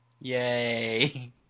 Yay